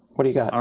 what do you got?